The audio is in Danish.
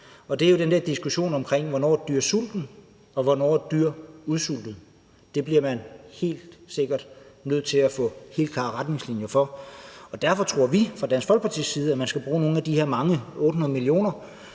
Det er jo den der diskussion, der handler om, hvornår et dyr er sultent, og hvornår et dyr er udsultet? Det bliver man helt sikkert nødt til at få helt klare retningslinjer for. Derfor tror vi fra Dansk Folkepartis side, at man sådan set også skal bruge nogle af de her mange millioner,